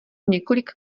několik